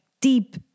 deep